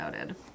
Noted